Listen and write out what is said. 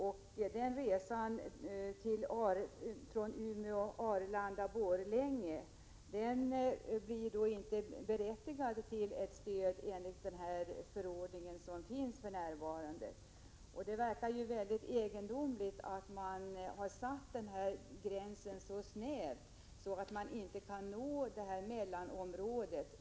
För en resa Umeå-Arlanda Borlänge utgår därmed enligt den nuvarande förordningen inte något persontransportstöd. Det är mycket egendomligt att gränsen satts så snävt att man inte kan få stöd för resor till mellanområdet.